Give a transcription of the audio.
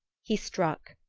he struck,